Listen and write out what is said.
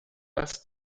das